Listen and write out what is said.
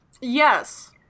Yes